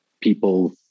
people